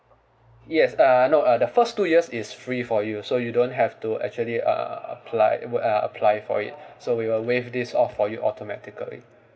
yes uh no uh the first two years is free for you so you don't have to actually uh apply will uh apply for it so we will waive this off for you automatically